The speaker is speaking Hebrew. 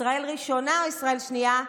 ישראל הראשונה או ישראל השנייה?